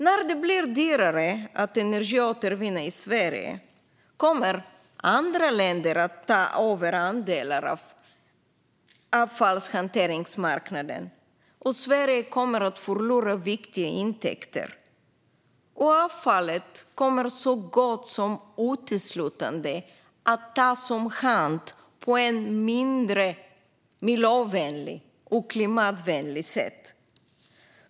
När det blir dyrare att energiåtervinna i Sverige kommer andra länder att ta över andelar av marknaden för avfallshantering. Sverige kommer då att förlora viktiga intäkter. Avfallet kommer så gott som uteslutande att tas om hand på ett mindre miljö och klimatvänligt sätt.